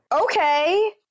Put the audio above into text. Okay